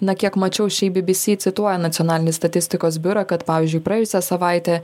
na kiek mačiau šiaip bbc cituoja nacionalinį statistikos biurą kad pavyzdžiui praėjusią savaitę